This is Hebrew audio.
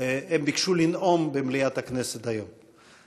הם ביקשו לנאום במליאת הכנסת היום.